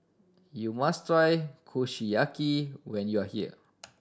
you must try Kushiyaki when you are here